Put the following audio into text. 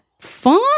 Fun